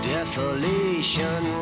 Desolation